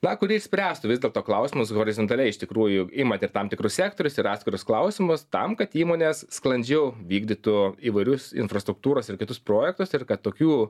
na kuri išspręstų vis dėlto klausimus horizontaliai iš tikrųjų imat ir tam tikrus sektorius ir atskirus klausimus tam kad įmonės sklandžiau vykdytų įvairius infrastruktūros ir kitus projektus ir kad tokių